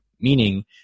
Meaning